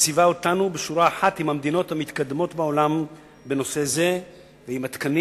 ומציבה אותנו בשורה אחת עם המדינות המתקדמות בעולם בנושא זה ועם התקנים